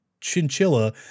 chinchilla